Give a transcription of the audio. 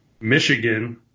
Michigan